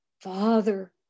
father